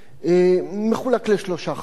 מחולק לשלושה חלקים: